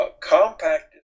Compact